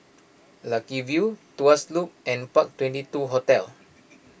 Lucky View Tuas Loop and Park Twenty two Hotel